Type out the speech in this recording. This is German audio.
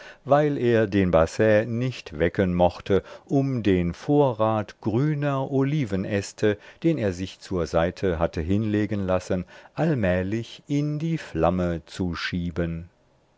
weil er den basset nicht wecken mochte um den vorrat grüner olivenäste den er sich zur seite hatte hinlegen lassen allmählich in die flamme zu schieben